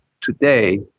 today